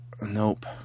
Nope